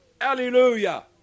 Hallelujah